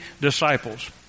disciples